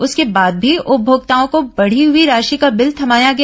उसके बाद भी उपभोक्ताओं को बढ़ी हुई राशि का बिल थमाया गया